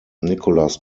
nicolas